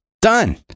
Done